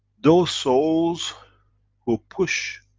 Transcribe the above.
those souls who push